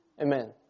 Amen